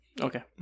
Okay